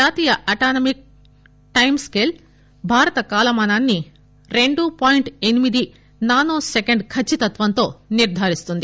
జాతీయ atomic time scale భారత కాలమానాన్ని రెండు పాయింట్ ఎనిమిది నానో సెకండ్ కచ్చితత్వంతో నిర్దారిస్తుంది